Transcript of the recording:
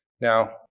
Now